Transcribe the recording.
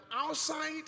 outside